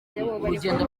urugendo